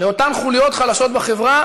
לאותן חוליות חלשות בחברה